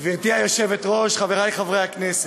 גברתי היושבת-ראש, חברי חברי הכנסת,